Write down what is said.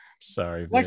Sorry